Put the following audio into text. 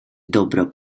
dobra